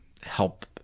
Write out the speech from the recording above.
help